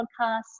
podcasts